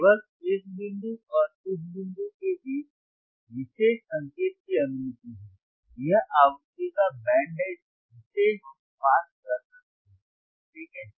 केवल इस बिंदु और इस बिंदु के बीच विशेष संकेत की अनुमति है यह आवृत्ति का बैंड है जिसे हम पास कर सकते हैं ठीक है